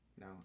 no